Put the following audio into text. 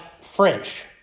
French